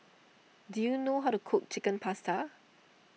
do you know how to cook Chicken Pasta